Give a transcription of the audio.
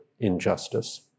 injustice